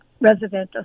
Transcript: Residential